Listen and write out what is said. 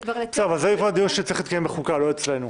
זה דיון שצריך להתקיים בחוקה, לא אצלנו.